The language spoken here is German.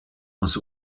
aus